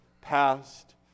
past